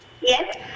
Yes